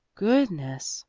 goodness!